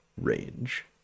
range